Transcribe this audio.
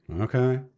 okay